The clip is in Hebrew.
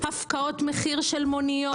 אנחנו אוכפים הפקעות מחיר של מוניות.